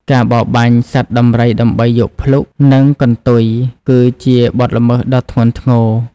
ការបរបាញ់សត្វដំរីដើម្បីយកភ្លុក និងកន្ទុយគឺជាបទល្មើសដ៏ធ្ងន់ធ្ងរ។